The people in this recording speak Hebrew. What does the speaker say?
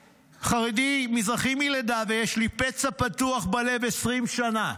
חרדי, מזרחי מלידה, ויש לי פצע פתוח בלב 20 שנה.